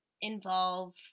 involve